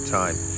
time